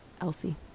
elsie